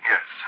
Yes